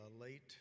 late